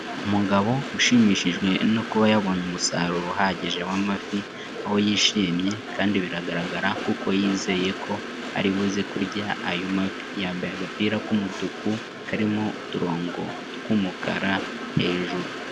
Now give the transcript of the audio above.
Umugabo ushimishijwe no kuba yabonye umusaruro uhagije w'amafi, aho yishimye kandi biragaragara kuko yizeye ko aribuze kurya ayo mafi, yambaye agapira k'umutuku karimo uturongo tw'umukara hejuru.